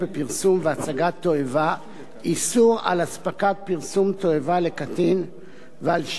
איסור אספקת פרסום תועבה לקטין ושידול קטין לצפות בפרסום תועבה.